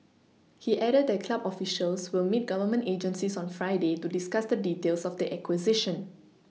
he added that club officials will meet Government agencies on Friday to discuss the details of the acquisition